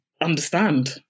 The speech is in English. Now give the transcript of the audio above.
understand